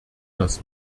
das